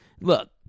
Look